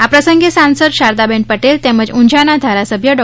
આ પ્રસંગે સાંસદ શારદાબેન પટેલ તેમજ ઉંઝાના ધારાસભ્ય ડૉ